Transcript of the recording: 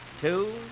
two